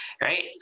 right